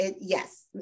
yes